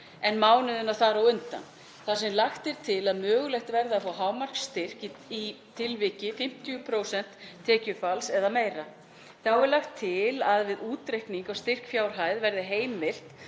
en mánuðina þar á undan, þar sem lagt er til að mögulegt verði að fá hámarksstyrk í tilviki 50% tekjufalls eða meira. Þá er lagt til að við útreikning á styrkfjárhæð verði heimilt